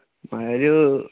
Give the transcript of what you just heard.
म्हाराज